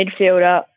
midfielder